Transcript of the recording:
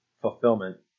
fulfillment